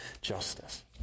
justice